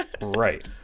Right